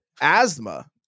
asthma